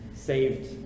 saved